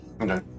okay